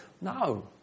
No